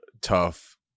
tough